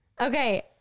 Okay